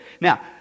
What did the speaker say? Now